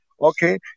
Okay